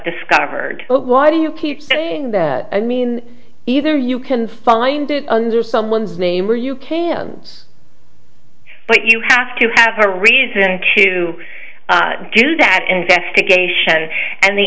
discovered but why do you keep saying that i mean either you can find it under someone's name or you can but you have to have a reason to do that investigation and the